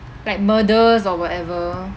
like murders or whatever